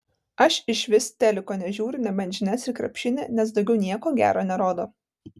aš išvis teliko nežiūriu nebent žinias ir krepšinį nes daugiau nieko gero nerodo